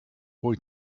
boy